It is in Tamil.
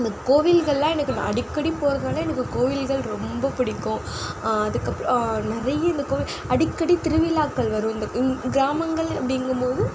அந்த கோவில்கள்லாம் எனக்கு அடிக்கடி போகிறதுனால எனக்கு கோவில்கள் ரொம்ப படிக்கும் அதுக்கப் நிறைய இந்த கோவில் அடிக்கடி திருவிழாக்கள் வரும் இந்த கிராமங்கள் அப்படிங்கும்போது